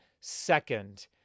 second